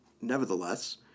nevertheless